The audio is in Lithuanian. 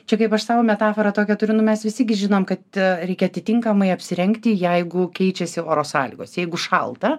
čia kaip aš savo metaforą tokią turiu nu mes visi žinom kad reikia atitinkamai apsirengti jeigu keičiasi oro sąlygos jeigu šalta